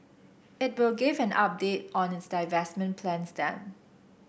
it will give an update on its divestment plans then